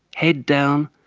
head down,